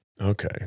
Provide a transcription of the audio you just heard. Okay